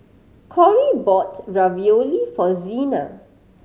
Corrie bought Ravioli for Zina